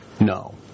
No